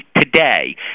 today